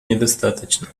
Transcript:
недостаточно